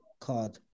card